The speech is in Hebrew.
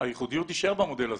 הייחודיות תישאר במודל הזה.